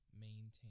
maintain